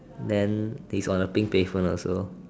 then this got a pink pavement also